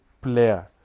player